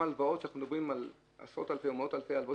ואנחנו מדברים על עשרות או מאות אלפי הלוואות